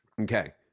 Okay